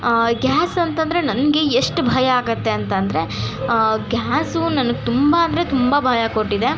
gas ಅಂತಂದರೆ ನನಗೆ ಎಷ್ಟು ಭಯ ಆಗುತ್ತೆ ಅಂತಂದರೆ ಗ್ಯಾಸು ನನಗೆ ತುಂಬ ಅಂದರೆ ತುಂಬ ಭಯ ಕೊಟ್ಟಿದೆ